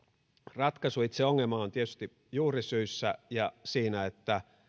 ratkaisu itse ongelmaan on tietysti juurisyissä ja siinä että